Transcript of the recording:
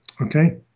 Okay